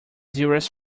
dearest